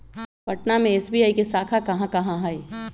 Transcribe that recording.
पटना में एस.बी.आई के शाखा कहाँ कहाँ हई